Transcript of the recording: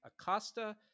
Acosta